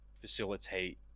facilitate